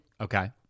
Okay